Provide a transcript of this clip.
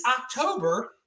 October